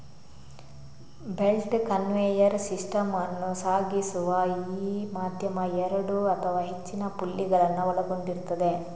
belt conveyor system ಅನ್ನು ಸಾಗಿಸುವ ಈ ಮಾಧ್ಯಮ ಎರಡು ಅಥವಾ ಹೆಚ್ಚಿನ ಪುಲ್ಲಿಗಳನ್ನ ಒಳಗೊಂಡಿರ್ತದೆ